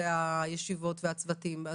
הישיבות והצוותים,